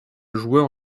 joueur